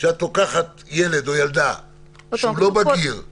כשאת לוקחת ילד או ילדה שאינם בגירים